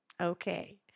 Okay